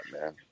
man